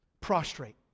Prostrate